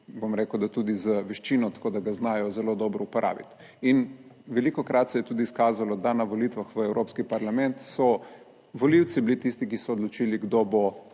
bom rekel, da tudi z veščino, tako da ga znajo zelo dobro uporabiti in velikokrat se je tudi izkazalo, da na volitvah v Evropski parlament so volivci bili tisti, ki so odločili kdo bo